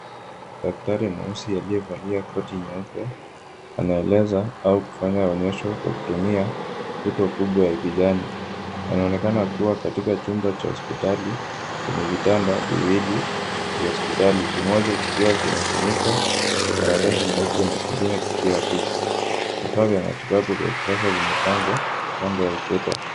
Daktari mweusi aliyevalia koti nyeupe, anaeleza au kufanya onyesho kwa kutumia mvuto mkubwa wa kijani. Anaonekana kuwa katika chumba cha hospitali, chenye vitanda viwili vya hospitali; kimoja kikiwa kimefunikwa kwa karatasi nyeupe na kengine kikiwa tupu. Vifaa vya matibabu vya kisasa vimepangwa kando ya ukuta.